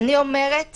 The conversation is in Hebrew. אני אומרת